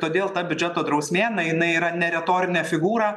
todėl biudžeto drausmė na jinai yra ne retorinė figūra